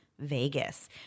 Vegas